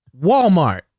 Walmart